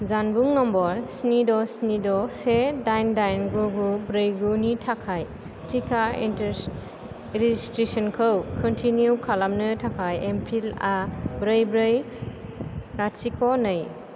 जानबुं नम्बर स्नि द' स्नि द' से डाइन डाइन गु गु ब्रै गुनि थाखाय टिका इन्ट्रेस रेजिसट्रेसनखौ कन्टिनिउ खालामनो थाखाय एम पिनआ ब्रै ब्रै लाथिख' नै